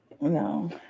No